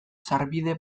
sarbide